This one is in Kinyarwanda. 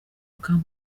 coup